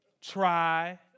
try